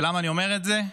למה אני אומר את זה?